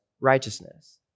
righteousness